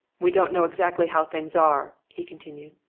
we don't know exactly how things are, he continued.